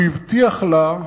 הוא הבטיח לה,